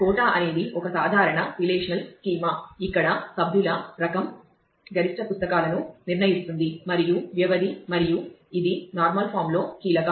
quota మరియు ఇది normal form లో కీలకం